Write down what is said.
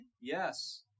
Yes